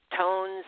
tones